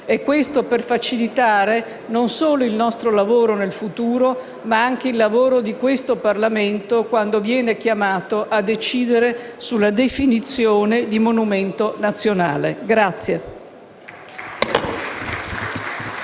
criteri, per facilitare non solo il nostro lavoro nel futuro, ma anche il lavoro del Parlamento quando viene chiamato a decidere sulla definizione di monumento nazionale.